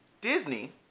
Disney